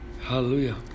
Hallelujah